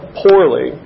poorly